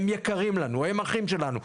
הם יקרים לנו, הם אחים שלנו.